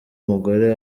umugore